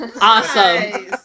Awesome